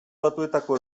batuetako